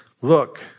look